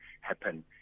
happen